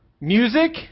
Music